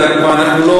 אז אנחנו כבר לא,